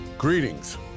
Greetings